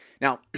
Now